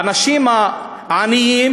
האנשים העניים,